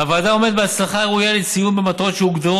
הוועדה עומדת בהצלחה ראויה לציון במטרות שהוגדרו